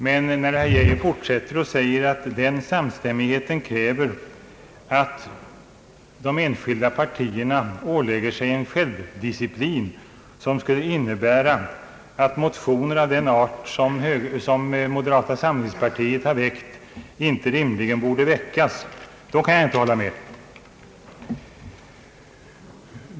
Men när herr Geijer fortsätter och säger att den samstämmigheten kräver att de enskilda partierna ålägger sig en självdisciplin som skulle innebära att motioner av den art som moderata samlingspartiet har väckt rimligen inte borde väckas, då kan jag inte hålla med.